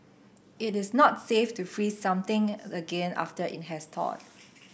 it is not safe to freeze something again after it has thawed